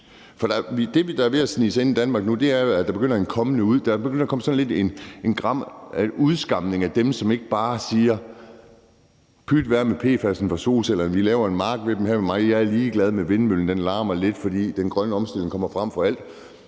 For det, der er ved at snige sig ind i Danmark, er, at der er begyndt at komme en snert af udskamning af dem, som bare siger: Pyt med PFAS fra solcellerne, vi laver en mark med dem her ved mig; jeg er ligeglad med, at vindmøllen larmer lidt, for den grønne omstilling kommer frem for alt.